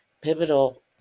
pivotal